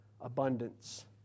abundance